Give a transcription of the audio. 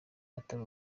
atari